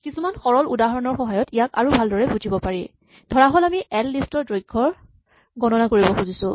কিছুমান সৰল উদাহৰণৰ সহায়ত ইয়াক আৰু ভালদৰে বুজিব পাৰি ধৰাহ'ল আমি এল লিষ্ট ৰ দৈৰ্ঘ্য গণনা কৰিব খুজিছো